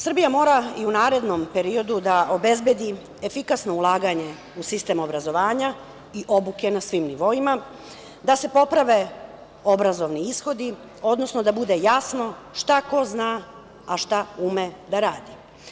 Srbija mora i u narednom periodu da obezbedi efikasno ulaganje u sistem obrazovanja i obuke na svim nivoima, da se poprave obrazovni ishodi, odnosno da bude jasno šta ko zna, a šta ume da radi.